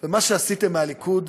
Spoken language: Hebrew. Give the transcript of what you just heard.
ומה שעשיתם מהליכוד